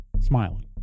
smiling